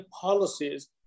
policies